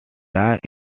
died